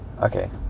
Okay